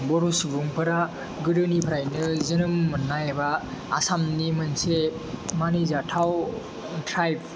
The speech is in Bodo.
बर' सुबुंफोरा गोदोनिफ्रायनो जोनोम मोननाय एबा आसामनि मोनसे मानिजाथाव ट्राइब